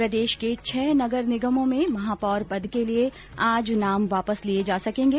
प्रदेश के छह नगर निगमों में महापौर पद के लिए आज नाम वापस लिए जा सकेंगे